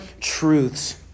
truths